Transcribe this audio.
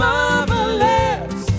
Marvelous